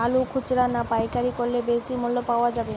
আলু খুচরা না পাইকারি করলে বেশি মূল্য পাওয়া যাবে?